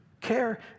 Care